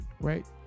right